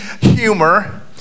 humor